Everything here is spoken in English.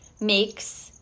makes